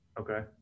Okay